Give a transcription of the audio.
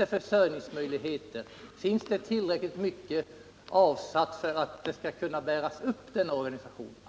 och försörjningsmöjligheter? Finns det tillräckligt mycket avsatt för att en sådan organisation skall kunna bäras upp?